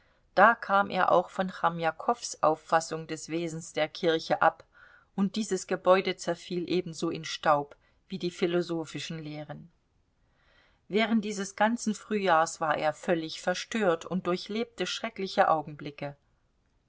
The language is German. da kam er auch von chomjakows auffassung des wesens der kirche ab und dieses gebäude zerfiel ebenso in staub wie die philosophischen lehren während dieses ganzen frühjahrs war er völlig verstört und durchlebte schreckliche augenblicke